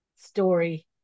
story